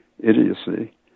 idiocy